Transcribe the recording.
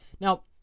Now